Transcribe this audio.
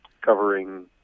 covering